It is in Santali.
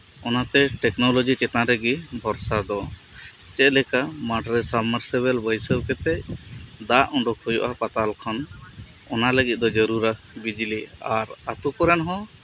ᱚᱱᱟᱛᱮ ᱴᱮᱠᱱᱚᱞᱚᱡᱤ ᱪᱮᱛᱟᱱ ᱨᱮᱜᱤ ᱵᱷᱚᱨᱥᱟ ᱫᱚ ᱪᱮᱫ ᱞᱮᱠᱟ ᱢᱟᱴᱨᱮ ᱥᱟᱵᱢᱟᱨᱥᱤᱵᱮᱞ ᱵᱟᱹᱭᱥᱟᱹᱣ ᱠᱟᱛᱮᱜ ᱫᱟᱜ ᱩᱰᱩᱜ ᱦᱩᱭᱩᱜᱼᱟ ᱯᱟᱛᱟᱞ ᱠᱷᱚᱱ ᱚᱱᱟ ᱞᱟᱹᱜᱤᱫ ᱫᱚ ᱡᱟᱹᱨᱩᱲᱟ ᱵᱤᱡᱽᱞᱤ ᱟᱨ ᱟᱛᱳ ᱠᱚᱨᱮᱱ ᱦᱚᱸ